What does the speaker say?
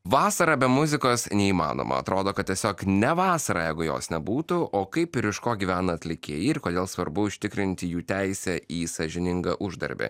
vasara be muzikos neįmanoma atrodo kad tiesiog ne vasara jeigu jos nebūtų o kaip ir iš ko gyvena atlikėjai ir kodėl svarbu užtikrinti jų teisę į sąžiningą uždarbį